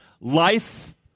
Life